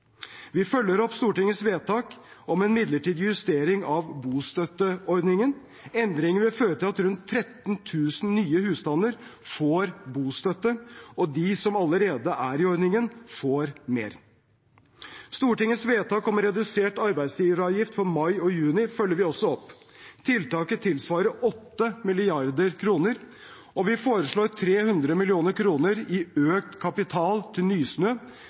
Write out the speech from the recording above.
Vi følger opp Stortingets vedtak om en midlertidig justering av bostøtteordningen. Endringen vil føre til at rundt 13 000 nye husstander får bostøtte, og at de som allerede er i ordningen, får mer. Stortingets vedtak om redusert arbeidsgiveravgift for mai og juni følger vi også opp. Tiltaket tilsvarer 8 mrd. kr. Og: Vi foreslår 300 mill. kr i økt kapital til Nysnø.